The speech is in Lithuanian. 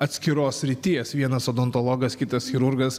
atskiros srities vienas odontologas kitas chirurgas